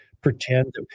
pretend